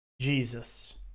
Jesus